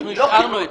אנחנו השארנו את זה.